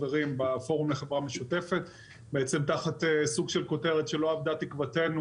חברים בפורום לחברה משותפת תחת סוג של כותרת שלא אבדה תקוותנו,